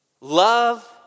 love